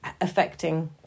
affecting